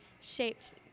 shaped